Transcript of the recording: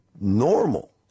normal